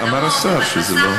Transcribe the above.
אמר השר,